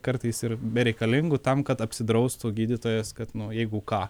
kartais ir bereikalingų tam kad apsidraustų gydytojas kad nu jeigu ką